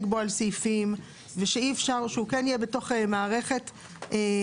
בו על סעיפים ושהוא כן יהיה בתוך מערכת מסודרת,